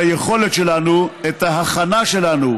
היכולת שלנו, ההכנה שלנו,